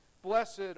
Blessed